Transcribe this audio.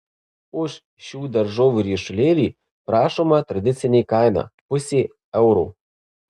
už šių daržovių ryšulėlį prašoma tradicinė kaina pusė euro